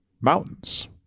mountains